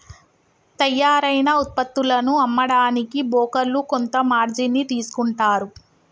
తయ్యారైన వుత్పత్తులను అమ్మడానికి బోకర్లు కొంత మార్జిన్ ని తీసుకుంటారు